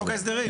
ההסדרים.